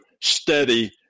steady